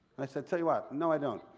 i said, tell you what, no i don't.